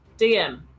DM